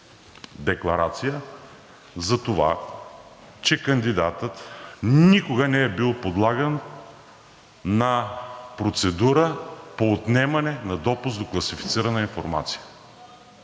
Декларация за това, че кандидатът никога не е бил подлаган на процедура по отнемане на допуск до класифицирана информация